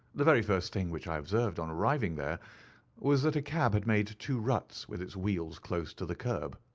the very first thing which i observed on arriving there was that a cab had made two ruts with its wheels close to the curb.